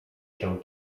się